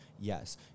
Yes